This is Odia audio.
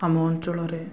ଆମ ଅଞ୍ଚଳରେ